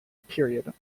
period